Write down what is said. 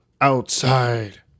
outside